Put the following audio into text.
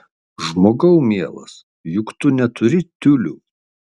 žmogau mielas juk tu neturi tiulių